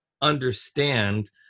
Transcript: understand